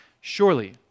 surely